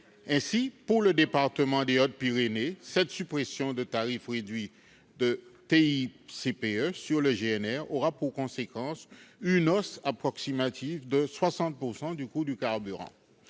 Ainsi, pour le département des Hautes-Pyrénées, la suppression de tarif réduit de TICPE sur le GNR aura pour conséquence une hausse de l'ordre de 60 % du coût du carburant.